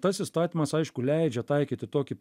tas įstatymas aišku leidžia taikyti tokį